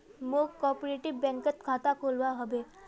मौक कॉपरेटिव बैंकत खाता खोलवा हबे